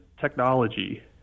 technology